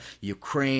Ukraine